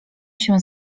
się